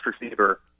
receiver